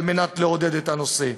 על מנת לעודד את הנושא.